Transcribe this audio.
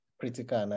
Critical